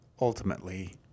ultimately